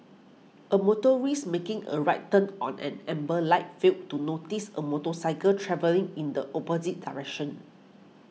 a motorist making a right turn on an amber light failed to notice a motorcycle travelling in the opposite direction